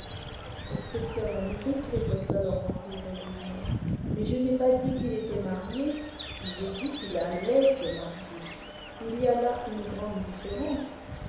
excepté en amérique riposta lord henry rêveusement mais je n'ai pas dit qu'il était marié j'ai dit qu'il allait se marier il y a là une grande différence